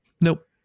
Nope